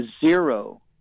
zero